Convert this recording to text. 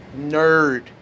nerd